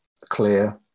clear